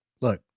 look